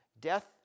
Death